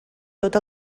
tot